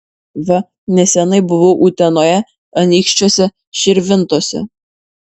va neseniai buvau utenoje anykščiuose širvintose